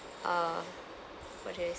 uh what did I